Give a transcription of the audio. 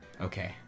Okay